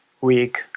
week